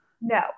no